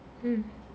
mm